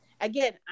again